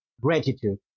gratitude